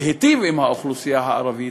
להיטיב עם האוכלוסייה הערבית,